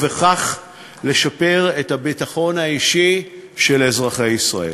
ובכך לשפר את הביטחון האישי של אזרחי ישראל.